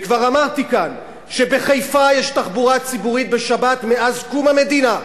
וכבר אמרתי כאן שבחיפה יש תחבורה ציבורית בשבת מאז קום המדינה.